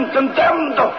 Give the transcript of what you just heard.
condemned